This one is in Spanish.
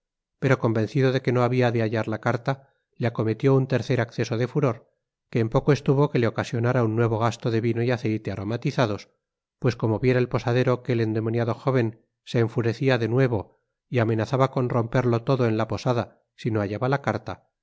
pero convencido de que no habia de hallar la caria le acometió un tercer acceso de furor que en poco estuvo que le ocasionára un nuevo gasto de vino y aceite aromatizados pues como viera el posadero que el endemoniado jóven se enfurecía de nuevo y amenazaba con romperlo todo en la posada si no hallaba la carta